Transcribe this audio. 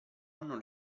anno